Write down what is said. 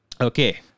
Okay